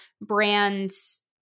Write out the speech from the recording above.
brands